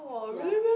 ya